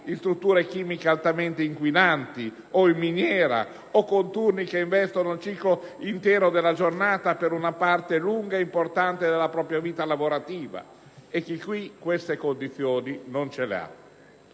in strutture chimiche altamente inquinanti o in miniera, o con turni che investono il ciclo intero della giornata per una parte lunga e importante della propria vita lavorativa, e chi invece queste condizioni non le deve